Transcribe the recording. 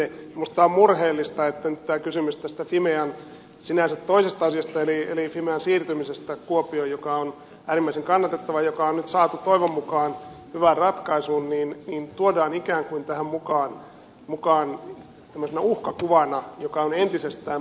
minusta on murheellista että nyt tämä kysymys tästä fimean sinänsä toisesta asiasta eli fimean siirtymisestä kuopioon mikä on äärimmäisen kannatettava ja on nyt saatu toivon mukaan hyvään ratkaisuun tuodaan ikään kuin tähän mukaan tämmöisenä uhkakuvana joka on entisestään pelottelemassa ihmisiä